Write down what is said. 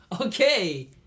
Okay